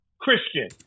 Christian